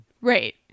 Right